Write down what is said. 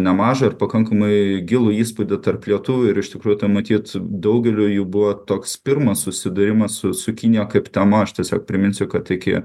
nemažą ir pakankamai gilų įspūdį tarp lietuvių ir iš tikrųjų tai matyt daugeliui jų buvo toks pirmas susidūrimas su su kinija kaip tema aš tiesiog priminsiu kad iki